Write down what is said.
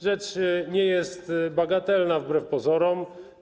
Rzecz nie jest bagatelna wbrew pozorom.